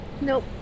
Nope